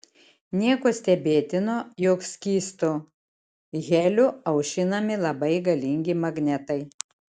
nieko stebėtino jog skystu heliu aušinami labai galingi magnetai